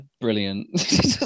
brilliant